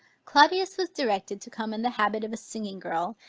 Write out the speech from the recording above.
claudius was directed to come in the habit of a singing girl,